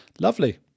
lovely